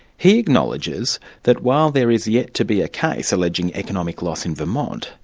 he acknowledges that while there is yet to be a case alleging economic loss in vermont,